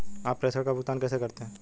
आप प्रेषण का भुगतान कैसे करते हैं?